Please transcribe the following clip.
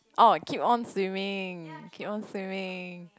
orh keep on swimming keep on swimming